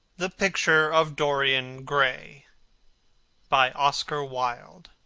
the picture of dorian gray by oscar wilde